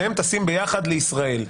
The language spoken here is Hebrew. שניהם טסים יחד לישראל.